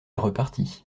repartit